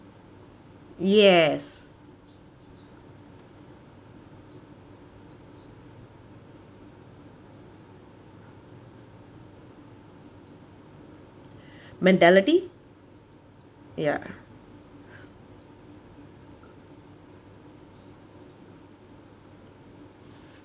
yes mentality ya